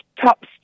top